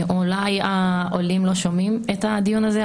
אולי העולים לא שומעים את הדיון הזה,